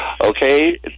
Okay